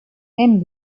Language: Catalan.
hem